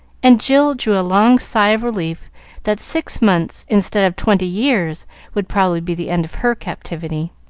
and jill drew a long sigh of relief that six months instead of twenty years would probably be the end of her captivity.